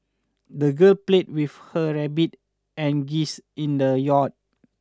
the girl played with her rabbit and geese in the yard